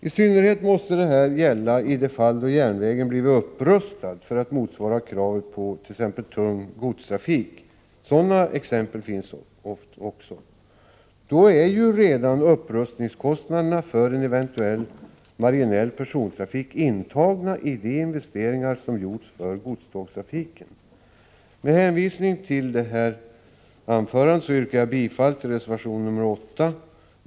I synnerhet måste detta gälla i de fall järnvägen blivit upprustad för att motsvara kraven på t.ex. tung godstågtrafik. Sådana exempel finns också. Då är ju redan upprustningskostnaderna för en eventuellt marginell persontrafik intagna i de investeringar som gjorts för godstågtrafiken. Med hänvisning till det anförda yrkar jag bifall till reservation 8.